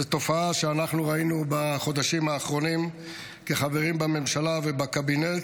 זאת תופעה שאנחנו ראינו בחודשים האחרונים כחברים בממשלה ובקבינט.